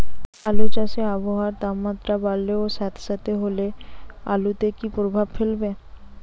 আলু চাষে আবহাওয়ার তাপমাত্রা বাড়লে ও সেতসেতে হলে আলুতে কী প্রভাব ফেলবে?